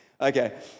Okay